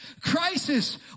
crisis